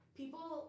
people